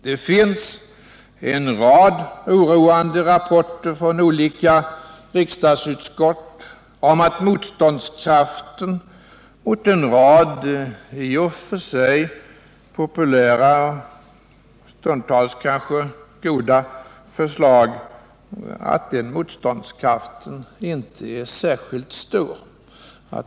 Det finns en rad oroande rapporter från olika riksdagsutskott om att motståndskraften mot en rad i och för sig populära, stundtals kanske goda, förslag inte är särskilt stor.